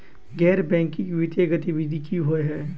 गैर बैंकिंग वित्तीय गतिविधि की होइ है?